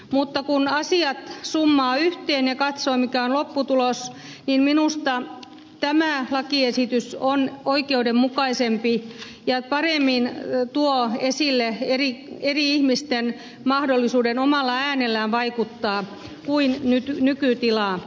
mutta kun asiat summaa yhteen ja katsoo mikä on lopputulos niin minusta tämä lakiesitys on oikeudenmukaisempi ja tuo paremmin esille eri ihmisten mahdollisuuden omalla äänellään vaikuttaa kuin nykytila